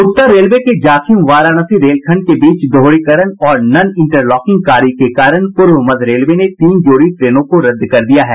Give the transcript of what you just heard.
उत्तर railway के जाखिम वाराणसी रेलखंड के बीच दोहरीकरण और नन इंटरलॉकिंग कार्य के कारण पूर्व मध्य रेलवे ने तीन जोड़ी ट्रेनों को रद्द कर दिया है